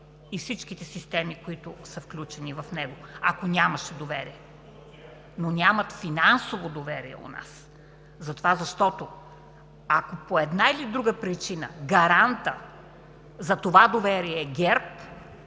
и всичките системи, които са включени в него. Ако нямаше доверие! Но нямат финансово доверие у нас, защото, ако по една или друга причина гарантът за това доверие ГЕРБ